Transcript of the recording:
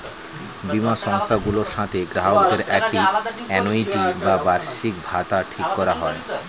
বীমা সংস্থাগুলোর সাথে গ্রাহকদের একটি আ্যানুইটি বা বার্ষিকভাতা ঠিক করা হয়